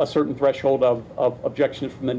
a certain threshold of objection from the